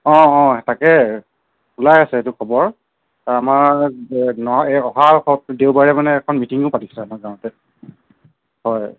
অঁ অঁ তাকে ওলাই আছে এইটো খবৰ অঁ আমাৰ অহা দেওবাৰে মানে এখন মিটিঙো পাতিছে আমাৰ গাঁৱতে হয়